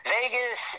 Vegas